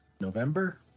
November